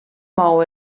mou